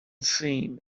seen